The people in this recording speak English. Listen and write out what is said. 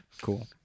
Cool